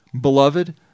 Beloved